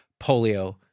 polio